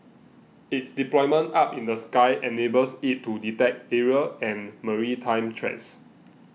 it's deployment up in the sky enables it to detect aerial and maritime threats